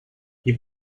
die